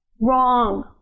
Wrong